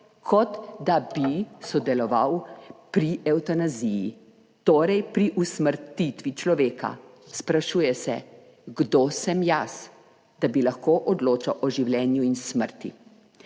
kot da bi sodeloval pri evtanaziji, torej pri usmrtitvi človeka. Sprašuje se, kdo sem jaz, da bi lahko odločal o življenju in smrti.